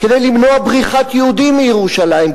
כדי למנוע בריחת יהודים מירושלים,